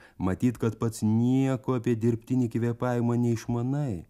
matyt kad pats nieko apie dirbtinį kvėpavimą neišmanai